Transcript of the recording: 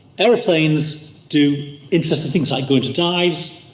airplanes do interesting things like go into dives.